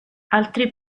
altri